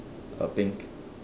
uh pink